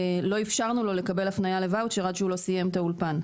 לא אפשרנו לו וואוטצ'ר עד שהוא לא סיים את האולפן.